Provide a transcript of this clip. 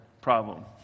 problem